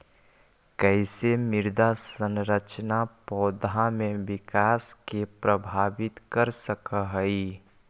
कईसे मृदा संरचना पौधा में विकास के प्रभावित कर सक हई?